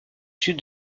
sud